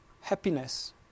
happiness